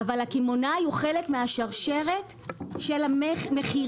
אבל הקמעונאי הוא חלק משרשרת המכירה.